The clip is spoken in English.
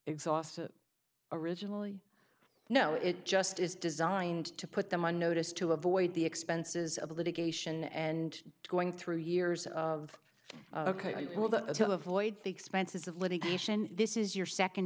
exhaust originally no it just is designed to put them on notice to avoid the expenses of litigation and going through years of ok well that until avoid the expenses of litigation this is your second